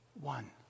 one